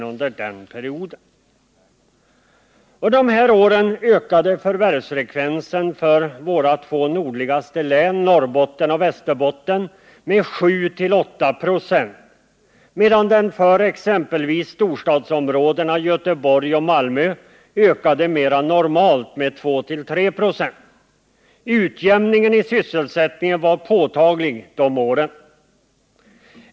Under de här åren ökade förvärvsfrekvensen för våra två nordligaste län, Norrbotten och Västerbotten, med 7-8 26, medan den för exempelvis storstadsområdena Göteborg och Malmö ökade mera normalt, med 2-3 26. Utjämningen i sysselsättningen var påtaglig dessa år.